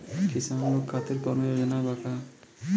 किसान लोग खातिर कौनों योजना बा का?